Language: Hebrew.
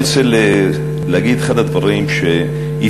אני רוצה להגיד שאחד הדברים שאפיינו